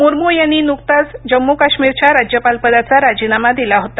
मुर्मू यांनी नुकताच जम्मू काश्मीरच्या राज्यपाल पदाचा राजीनामा दिला होता